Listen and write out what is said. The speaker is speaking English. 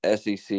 SEC